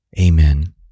Amen